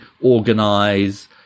organize